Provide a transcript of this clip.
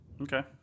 Okay